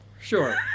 Sure